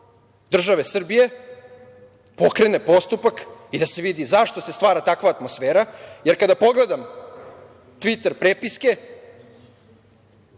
države Srbije, pokrene postupak i da se vidi zašto se stvara takva atmosfera, jer kada pogledam tviter prepiske,